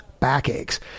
Backaches